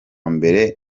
mbere